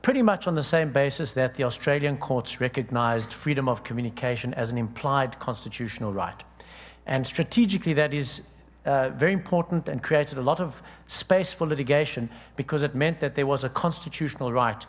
pretty much on the same basis that the australian courts recognized freedom of communication as an implied constitutional right and strategically that is very important and created a lot of space for litigation because it meant that there was a constitutional right